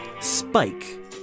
Spike